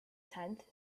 tenth